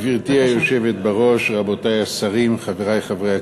גברתי היושבת בראש, רבותי השרים, חברי חברי הכנסת,